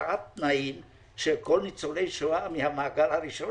השוואת תנאים של כל ניצולי השואה מהמעגל הראשון